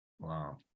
wow